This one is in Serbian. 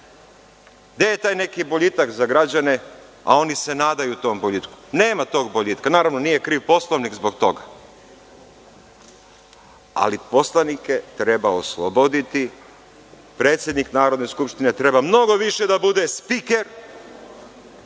Gde je taj neki boljitak za građane, a oni se nadaju tom boljitku? Nema tog boljitka. Naravno, nije kriv Poslovnik zbog toga, ali poslanike treba osloboditi, predsednik Narodne skupštine treba mnogo više da bude spiker,